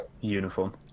uniform